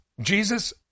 Jesus